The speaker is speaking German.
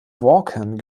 vaughan